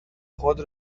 خود